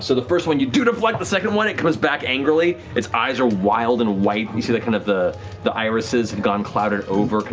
so the first one you do deflect, the second one it comes back angrily, its eyes are wild and white, you see the kind of the the irises have and gone clouded over,